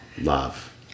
Love